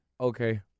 Okay